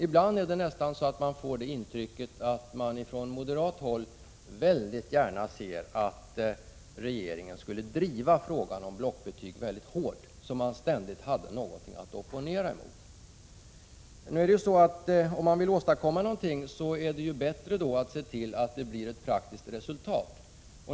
Ibland får man nästan det intrycket att moderaterna gärna skulle se att regeringen drev frågan om blockbetyg hårt så att det ständigt fanns något att opponera mot. Men om man vill åstadkomma något är det ju bättre att se till att det blir ett praktiskt resultat.